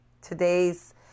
Today's